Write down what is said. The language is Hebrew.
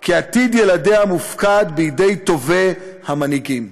כי עתיד ילדיה מופקד בידי טובי המנהיגים.